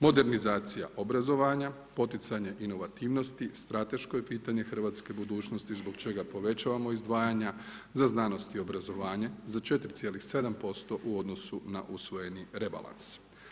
Modernizacija obrazovanja, poticanje inovativnosti, strateško je pitanje hrvatske budućnosti zbog čega povećavamo izdvajanja za znanost i obrazovanje za 4,7% u odnosu na usvojeni rebalans.